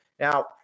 Now